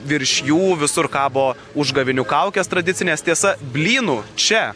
virš jų visur kabo užgavėnių kaukes tradicinės tiesa blynų čia